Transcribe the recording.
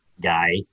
guy